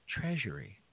treasury